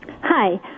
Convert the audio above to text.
Hi